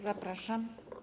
Zapraszam.